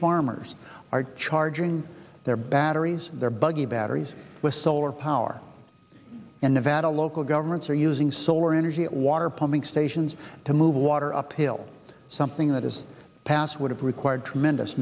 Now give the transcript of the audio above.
farmers are charging their batteries their buggy batteries with solar power in nevada local governments are using solar energy water pumping stations to move water uphill something that is passed would have required tremendous